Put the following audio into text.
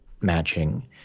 matching